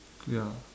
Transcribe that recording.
ya